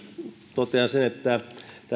totean sen että tämä